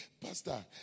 pastor